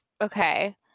okay